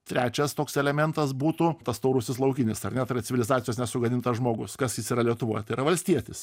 trečias toks elementas būtų tas taurusis laukinis ar ne tai yra civilizacijos nesugadintas žmogus kas jis yra lietuvoj tai yra valstietis